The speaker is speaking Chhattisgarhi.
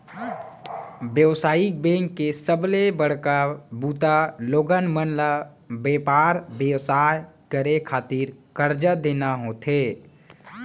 बेवसायिक बेंक के सबले बड़का बूता लोगन मन ल बेपार बेवसाय करे खातिर करजा देना होथे